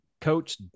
Coach